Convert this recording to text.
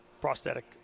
prosthetic